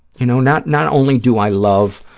you know, not not only do i love